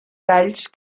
talls